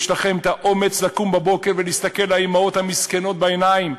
איך יש לכם את האומץ לקום בבוקר ולהסתכל לאימהות המסכנות בעיניים,